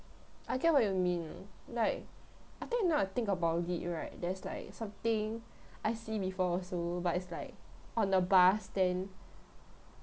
I get what you mean like I think now I think about it right there's like something I see before also but it's like on the bus then